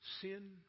sin